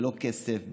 ללא כסף,